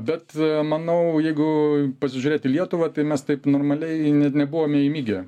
bet manau jeigu pasižiūrėt į lietuvą tai mes taip normaliai net nebuvome įmigę